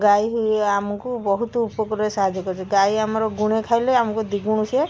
ଗାଈ ଆମକୁ ବହୁତ ଉପକାରରେ ସାହାଯ୍ୟ କରିଛି ଗାଈ ଆମର ଗୁଣେ ଖାଇଲେ ଆମକୁ ଦୁଇ ଗୁଣ ସିଏ